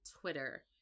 Twitter